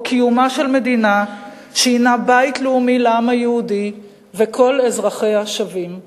או קיומה של מדינה שהינה בית לאומי לעם היהודי וכל אזרחיה שווים.